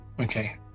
Okay